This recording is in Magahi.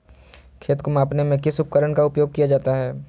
खेत को मापने में किस उपकरण का उपयोग किया जाता है?